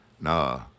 Nah